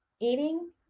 eating